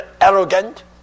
arrogant